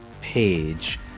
page